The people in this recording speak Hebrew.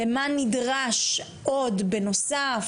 למה נדרש עוד בנוסף,